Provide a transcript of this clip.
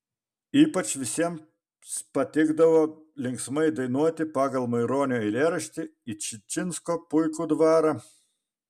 ypač visiems patikdavo linksmai dainuoti pagal maironio eilėraštį į čičinsko puikų dvarą